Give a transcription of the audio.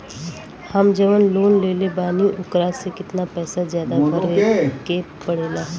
हम जवन लोन लेले बानी वोकरा से कितना पैसा ज्यादा भरे के पड़ेला?